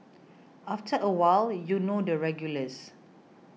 after a while you know the regulars